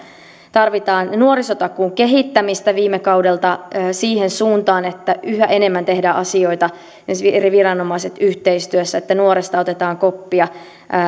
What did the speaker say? tarvitaan nuorisotakuun kehittämistä viime kaudelta siihen suuntaan että yhä enemmän tehdään asioita eri viranomaiset yhteistyössä että nuoresta otetaan koppia